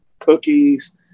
cookies